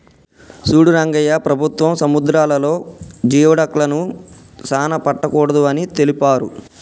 సూడు రంగయ్య ప్రభుత్వం సముద్రాలలో జియోడక్లను సానా పట్టకూడదు అని తెలిపారు